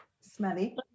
smelly